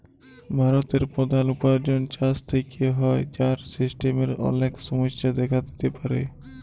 ভারতের প্রধাল উপার্জন চাষ থেক্যে হ্যয়, যার সিস্টেমের অলেক সমস্যা দেখা দিতে পারে